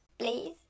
Please